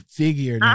figure